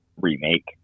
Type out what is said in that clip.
remake